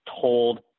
told